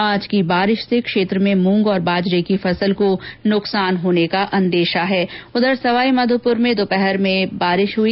आज की बारिश से क्षेत्र में मूंग और बाजरे की फसल को नुकसान होने का अंदेशा हैं उधर सवाईमाधोपुर में दोपहर में दोपहर बाद बारिश हुई